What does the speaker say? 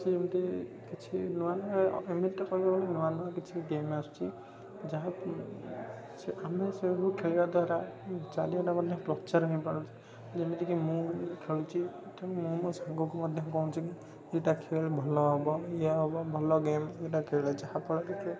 ଆସିଛି ଯେମିତି କିଛି ନୂଆ ନା ମାନେ ଏମିତି ନୂଆ ନୂଆ କିଛି ଗେମ ଆସୁଛି ଯାହା କି ଆମେ ସେଗୁଡ଼ିକୁ ଖେଳିବା ଦ୍ଵାରା ଚାରିଆଡ଼େ ମଧ୍ୟ ପ୍ରଚାର ହେଇପାରୁଛି ଯେମିତିକି ମୁଁ ଖେଳୁଛି ମୁଁ ମୋ ସାଙ୍ଗକୁ ମଧ୍ୟ କହୁଛି କି ଏଇଟା ଖେଳେ ଭଲ ହେବ ଇଏ ହେବ ଭଲ ଗେମ ଏଇଟା ଖେଳେ ଯାହାଫଳରେ କି